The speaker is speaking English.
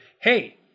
Hey